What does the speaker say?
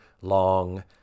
long